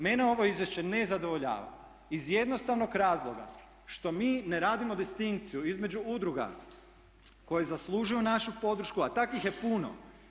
Mene ovo izvješće ne zadovoljava iz jednostavnog razloga što mi ne radimo distinkciju između udruga koje zaslužuju našu podršku, a takvih je puno.